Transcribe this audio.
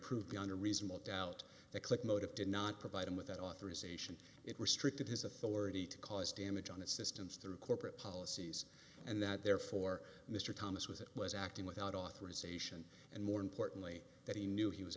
proved beyond a reasonable doubt that click motive did not provide him with that authorization it restricted his authority to cause damage on its systems through corporate policies and that therefore mr thomas was was acting without authorization and more importantly that he knew he was